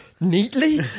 Neatly